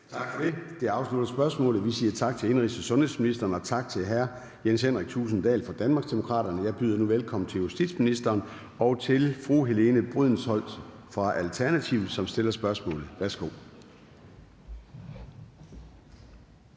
Tak for det. Det afslutter spørgsmålet. Vi siger tak til indenrigs- og sundhedsministeren og til hr. Jens Henrik Thulesen Dahl fra Danmarksdemokraterne. Jeg byder nu velkommen til justitsministeren og til fru Helene Brydensholt fra Alternativet, som stiller spørgsmål. Kl.